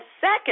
second